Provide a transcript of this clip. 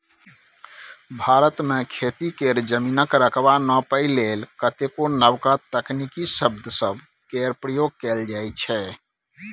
भारत मे खेती केर जमीनक रकबा नापइ लेल कतेको नबका तकनीकी शब्द सब केर प्रयोग कएल जाइ छै